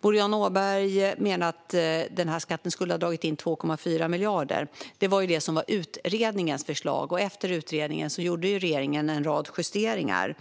Boriana Åberg menar att den här skatten skulle ha dragit in 2,4 miljarder. Det var vad utredningen föreslog. Men efter att utredningen var klar gjorde regeringen en rad justeringar.